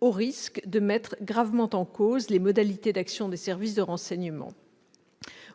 au risque de mettre gravement en cause les modalités d'action des services de renseignement.